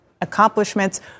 accomplishments